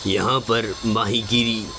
یہاں پر ماہی گیری